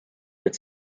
its